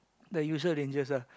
the usual rangers ah